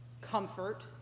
comfort